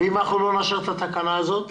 ואם אנחנו לא נאשר את התקנה הזאת,